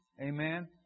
Amen